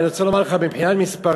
אגב, אני רוצה לומר לך, מבחינת מספרים,